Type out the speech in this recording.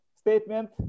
Statement